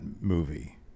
movie